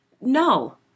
No